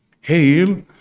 Hail